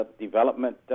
development